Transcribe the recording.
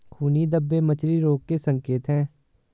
खूनी धब्बे मछली रोग के संकेत हैं